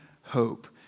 hope